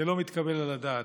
זה לא מתקבל על הדעת.